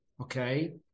okay